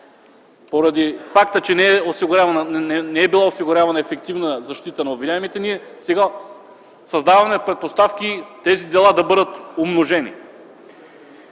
поради факта, че не е била осигурявана ефективна защита на обвиняемите, ние сега създаваме предпоставки тези дела да бъдат умножени.